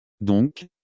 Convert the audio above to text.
Donc